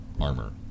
armor